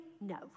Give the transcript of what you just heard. No